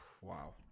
Wow